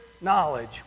knowledge